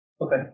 Okay